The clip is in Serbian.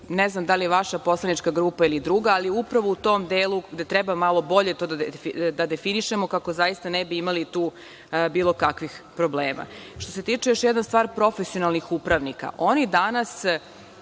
Ne znam da li je vaša poslanička grupa ili druga, ali upravo u tom delu gde treba malo bolje to da definišemo kako zaista ne bi imali tu bilo kakvih problema. Što se tiče profesionalnih upravnika, oni danas